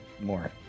more